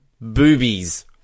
boobies